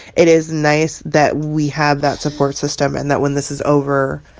it is nice that we have that support system and that when this is over,